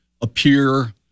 appear